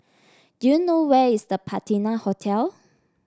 do you know where is The Patina Hotel